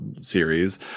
series